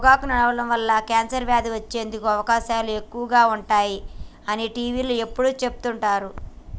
పొగాకు నమలడం వల్ల కాన్సర్ వ్యాధి వచ్చేందుకు అవకాశాలు ఎక్కువగా ఉంటాయి అని టీవీలో ఎప్పుడు చెపుతుంటారు